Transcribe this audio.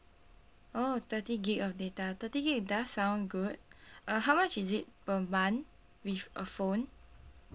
oh thirty gig of data thirty gig does sound good uh how much is it per month with a phone